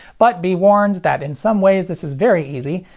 but be warned that in some ways this is very easy,